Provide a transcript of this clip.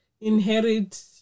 inherit